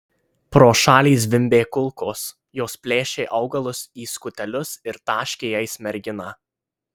pro šalį zvimbė kulkos jos plėšė augalus į skutelius ir taškė jais merginą